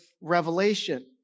revelation